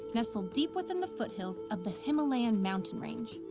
nestled deep within the foothills of the himalayan mountain range.